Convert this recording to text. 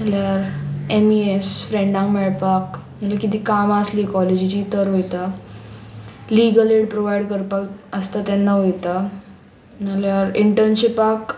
नाल्यार M E S फ्रेंडांक मेळपाक नाल्या किदें कामां आसलीं कॉलेजीची तर वयता लिगल एड प्रोवायड करपाक आसता तेन्ना वयता नाल्यार इंटर्नशिपाक